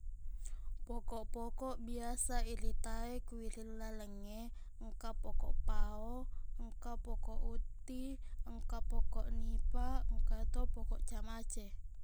Pokok-pokok biasa irita e ko wiring lalengnge engka pokok pao engka pokok utti engka pokok nipa engkato pokok camace